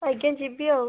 ଆଜ୍ଞା ଯିବି ଆଉ